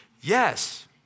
Yes